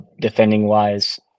defending-wise